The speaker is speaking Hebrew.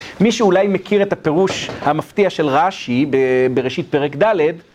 מישהו אולי מכיר את הפירוש המפתיע של רש״י בבראשית פרק ד'